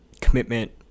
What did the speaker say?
commitment